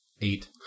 Eight